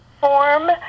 form